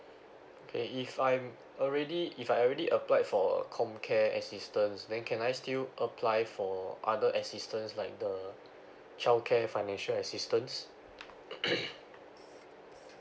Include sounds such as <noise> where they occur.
okay if I'm already if I already applied for a com care assistance then can I still apply for other assistance like the childcare financial assistance <coughs>